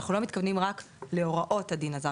אנחנו לא מתכוונים רק להוראות הדין הזר.